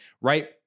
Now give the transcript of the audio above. right